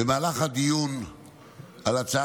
עוד